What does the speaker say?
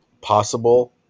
possible